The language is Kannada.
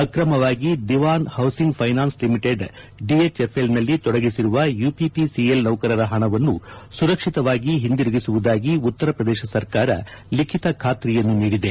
ಅಕ್ರಮವಾಗಿ ದಿವಾನ್ ಹೌಸಿಂಗ್ ಫೈನಾನ್ಸ್ ಲಿಮಿಟೆಡ್ ಡಿಎಚ್ಎಫ್ಎಲ್ನಲ್ಲಿ ತೊಡಗಿಸಿರುವ ಯಪಿಪಿಸಿಎಲ್ ನೌಕರರ ಹಣವನ್ನು ಸುರಕ್ಷಿತವಾಗಿ ಹಿಂದಿರುಗಿಸುವುದಾಗಿ ಉತ್ತರ ಪ್ರದೇಶ ಸರ್ಕಾರ ಲಿಖಿತ ಖಾತ್ರಿಯನ್ನು ನೀಡಿದೆ